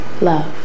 love